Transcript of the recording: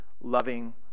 loving